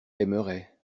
aimerait